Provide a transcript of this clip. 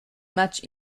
match